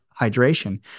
hydration